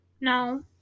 No